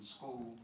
School